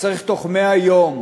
וצריך בתוך 100 יום